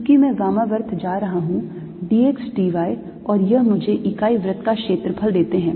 क्योंकि मैं वामावर्त जा रहा हूं d x d y और यह मुझे इकाई वृत्त का क्षेत्रफल देते हैं